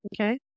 okay